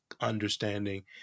understanding